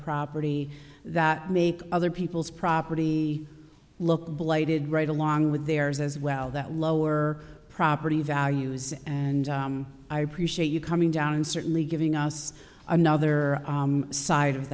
property that make other people's property look blighted right along with theirs as well that lower property values and i appreciate you coming down and certainly giving us another side of